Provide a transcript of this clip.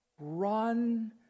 Run